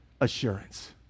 assurance